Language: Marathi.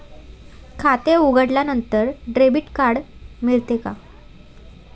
खाते उघडल्यानंतर डेबिट कार्ड मिळते का?